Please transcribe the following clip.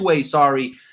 sorry